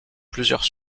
plusieurs